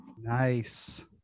nice